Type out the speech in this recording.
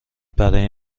برای